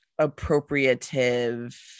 appropriative